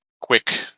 quick